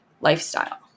lifestyle